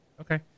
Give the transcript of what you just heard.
Okay